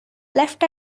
left